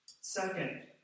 Second